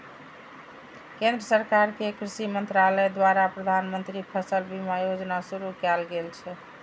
केंद्र सरकार के कृषि मंत्रालय द्वारा प्रधानमंत्री फसल बीमा योजना शुरू कैल गेल छै